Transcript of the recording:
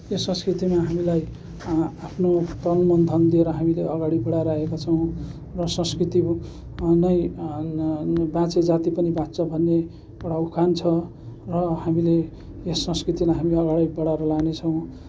यो संस्कृतिमा हामीलाई आफ्नो तन मन धन दिएर हामीले अगाडि बडाइरहेका छौँ र संस्कृति नै बाँचे जाति पनि बाँच्छ भन्ने एउटा उखान छ र हामीले यस संस्कृतिलाई हामीले अगाडि बडाएर लाने छौँ